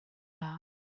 dda